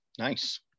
nice